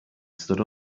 stood